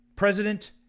President